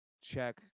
check